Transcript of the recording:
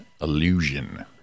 illusion